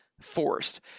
forced